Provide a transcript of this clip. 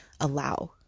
allow